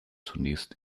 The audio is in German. zunächst